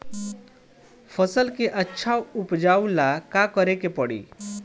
फसल के अच्छा उपजाव ला का करे के परी?